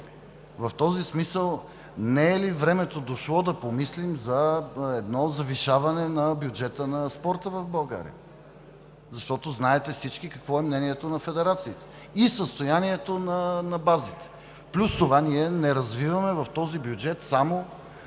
в този смисъл не е ли дошло времето да помислим за едно завишаване на бюджета за спорта в България? Всички знаете какво е мнението на федерациите и състоянието на базата, плюс това ние не развиваме в този бюджет само